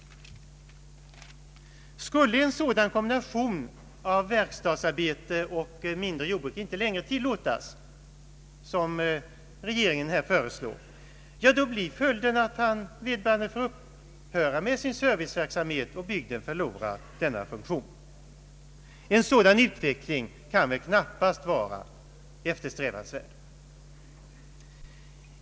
Skulle en sådan kombination av verkstadsarbete och mindre jordbruk inte längre tillåtas, som regeringen här föreslår, då blir följden att sådan = serviceverksamhet «småningom upphör och att bygden förlorar denna funktion. En sådan utveckling kan knappast vara eftersträvansvärd.